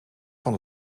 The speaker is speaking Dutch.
van